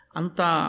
anta